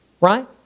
right